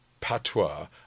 patois